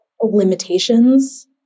limitations